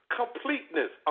completeness